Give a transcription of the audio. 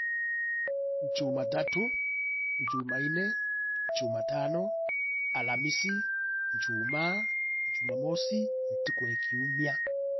Njumatatu, njumanne, njumatano, alamisi, njumaa, njumamosi ntuku e kiumia.